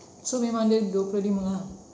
so memang dia dua puluh lima ah